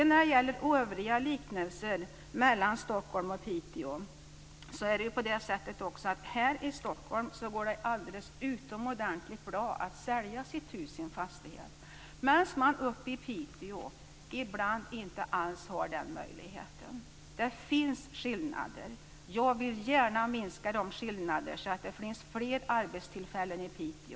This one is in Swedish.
När det gäller övriga liknelser mellan Stockholm och Piteå är det också på det sättet att det här i Stockholm går alldeles utomordentligt bra att sälja sitt hus eller sin fastighet, medan man uppe i Piteå ibland inte alls har den möjligheten. Det finns skillnader. Jag vill gärna minska de skillnaderna så att det finns fler arbetstillfällen i Piteå.